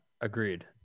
Agreed